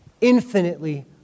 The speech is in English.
Infinitely